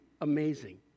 amazing